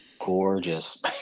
gorgeous